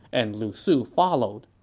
and lu su followed.